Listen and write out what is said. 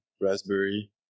raspberry